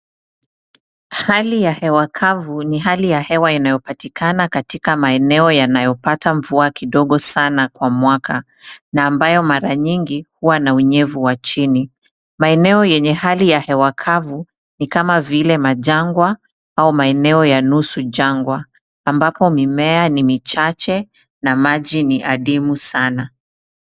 Hali ya hewa kavu ni hali ya hewa inayopatikana katika maeneo yanayopata mvua kidogo sana kwa mwaka na ambayo mara nyingi huwa na unyevu wa chini. Maeneo yenye hali ya hewa kavu ni kama vile majangwa au maeneo ya nusu jangwa ambapo mimea ni michache na maji ni adimu sana.